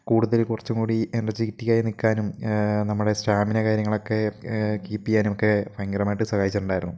കൂടുതൽ കുറച്ചും കൂടി എനർജറ്റിക്കായി നിൽക്കാനും നമ്മുടെ സ്റ്റാമിന കാര്യങ്ങളൊക്കെ കീപ്പ് ചെയ്യാനൊക്കെ ഭയങ്കരമായിട്ട് സഹായിച്ചിട്ടുണ്ടായിരുന്നു